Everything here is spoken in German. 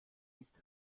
nicht